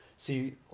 See